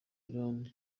iran